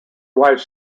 wife